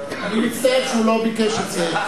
אני מצטער שהוא לא ביקש את זה.